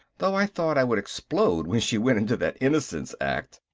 though i thought i would explode when she went into that innocence act!